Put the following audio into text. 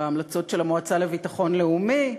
בהמלצות של המועצה לביטחון לאומי,